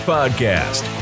Podcast